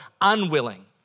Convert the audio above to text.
unwilling